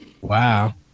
Wow